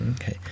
okay